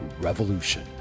Revolution